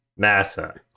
nasa